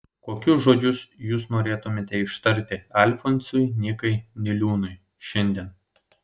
kokius žodžius jūs norėtumėte ištarti alfonsui nykai niliūnui šiandien